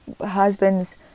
husbands